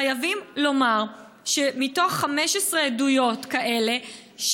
חייבים לומר שמתוך 15 עדויות כאלה,